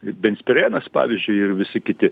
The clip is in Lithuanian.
benzpirenas pavyzdžiui ir visi kiti